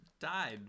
died